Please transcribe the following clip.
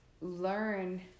learn